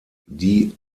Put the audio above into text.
die